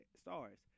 stars